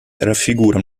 raffigura